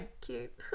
cute